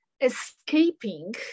escaping